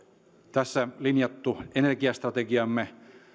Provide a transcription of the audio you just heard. tässä linjattu energiastrategiamme